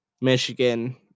Michigan